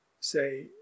say